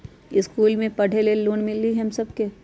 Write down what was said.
इश्कुल मे पढे ले लोन हम सब के मिली?